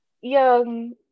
young